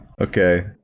Okay